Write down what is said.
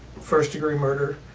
first-degree murder.